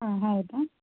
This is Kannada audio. ಹಾಂ ಹೌದಾ